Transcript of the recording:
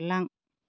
बारलां